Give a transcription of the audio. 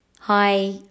Hi